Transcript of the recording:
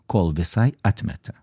kol visai atmeta